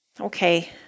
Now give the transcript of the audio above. Okay